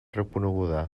reconeguda